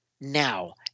now